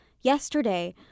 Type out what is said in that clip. Yesterday